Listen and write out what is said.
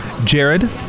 Jared